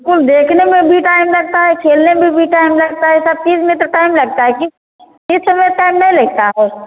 कुल देखने में भी टाइम लगता है खेलने में भी टाइम लगता है सब चीज़ में तो टाइम लगता है किस में टाइम नहीं लगता है